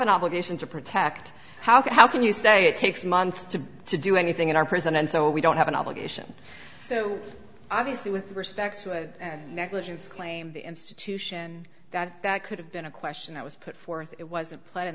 an obligation to protect how could how can you say it takes months to to do anything in our prison and so we don't have an obligation so obviously with respect to a negligence claim the institution that that could have been a question that was put forth it wasn't pla